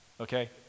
Okay